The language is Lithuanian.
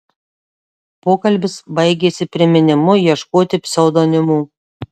pokalbis baigėsi priminimu ieškoti pseudonimų